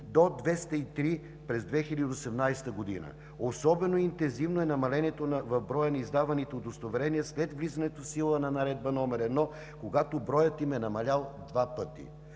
до 203 през 2018 г. Особено интензивно е намалението в броя на издаваните удостоверения след влизането в сила на Наредба № 1, когато броят им е намалял два пъти.